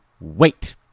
wait